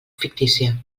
fictícia